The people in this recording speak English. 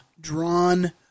drawn